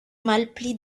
malpli